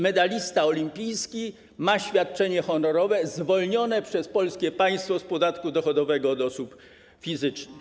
Medalista olimpijski ma świadczenie honorowe, zwolnione przez polskie państwo z podatku dochodowego od osób fizycznych.